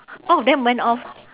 all of them went off